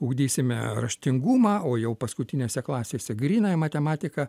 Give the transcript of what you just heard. ugdysime raštingumą o jau paskutinėse klasėse grynąją matematiką